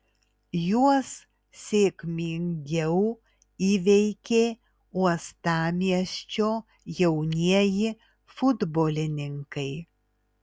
juos sėkmingiau įveikė uostamiesčio jaunieji futbolininkai